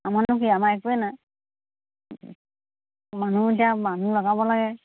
আমাৰনো কি আমাৰ একোৱে নাই মানুহ এতিয়া মানুহ লগাব লাগে